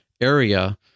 area